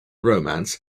romance